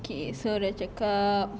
okay so dah cakap